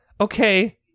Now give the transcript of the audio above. Okay